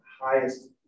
highest